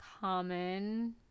common